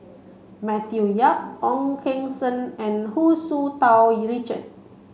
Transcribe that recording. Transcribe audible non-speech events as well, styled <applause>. Matthew Yap Ong Keng Sen and Hu Tsu Tau <unintelligible> Richard